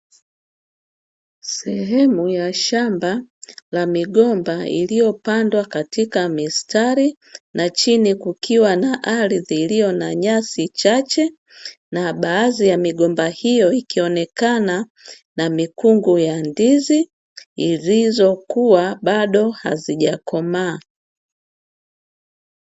Sehemu ya shamba la migomba iliyopandwa katika mistari na chini kukiwa na ardhi iliyo na nyasi chache na baadhi ya migomba hiyo, ikionekana na mikungu ya ndizi zilizokuwa bado hazijakomaa.